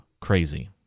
crazy